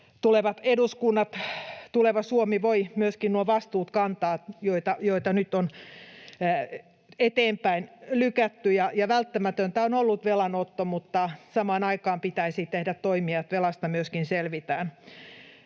tulevat eduskunnat, tuleva Suomi voi myöskin nuo vastuut kantaa, joita nyt on eteenpäin lykätty. Velanotto on ollut välttämätöntä, mutta samaan aikaan pitäisi tehdä toimia, että velasta myöskin selvitään.